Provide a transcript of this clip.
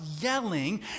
yelling